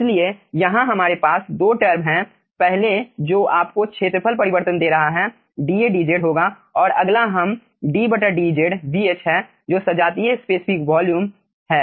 इसलिए यहाँ हमारे पास 2 टर्म हैं पहले जो आपको क्षेत्रफल परिवर्तन दे रहा है dAdz होगा और अगला हम ddz है जो सजातीय स्पेसिफिक वॉल्यूम है